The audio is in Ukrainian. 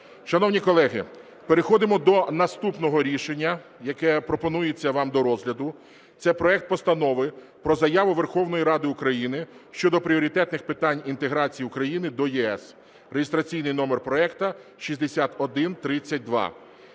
Шановні колеги, переходимо до наступного рішення, яке пропонується вам до розгляду. Це проект Постанови про Заяву Верховної Ради України "Щодо пріоритетних питань інтеграції України до ЄС" (реєстраційний номер проекту 6132).